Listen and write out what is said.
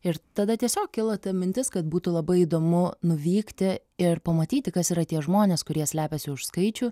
ir tada tiesiog kilo mintis kad būtų labai įdomu nuvykti ir pamatyti kas yra tie žmonės kurie slepiasi už skaičių